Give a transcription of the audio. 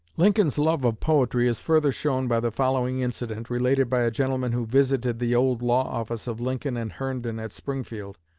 lincoln's love of poetry is further shown by the following incident, related by a gentleman who visited the old law-office of lincoln and herndon, at springfield.